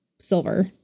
silver